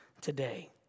today